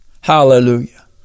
Hallelujah